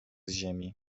ziemi